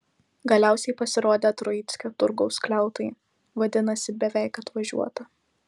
galiausiai pasirodė troickio turgaus skliautai vadinasi beveik atvažiuota